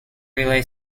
relay